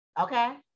Okay